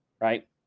right